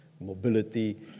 mobility